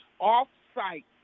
off-site